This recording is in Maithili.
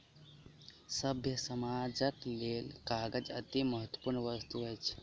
सभ्य समाजक लेल कागज अतिमहत्वपूर्ण वस्तु अछि